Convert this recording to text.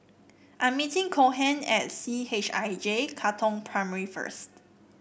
I'm meeting Cohen at C H I J Katong Primary first